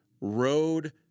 road